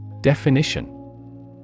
Definition